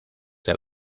del